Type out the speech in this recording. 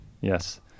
Yes